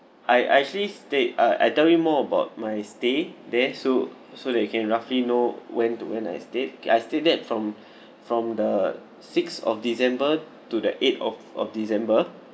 I I actually stayed uh I'll tell you more about my stay there so so then you can roughly know when to when I stayed there from from the sixth of december to the eighth of of december